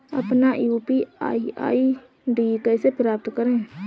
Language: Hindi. अपना यू.पी.आई आई.डी कैसे प्राप्त करें?